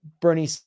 Bernie